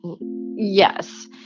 Yes